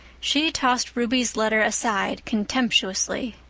she tossed ruby's letter aside contemptuously.